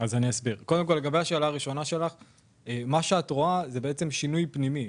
מה שאת רואה זה שינוי פנימי,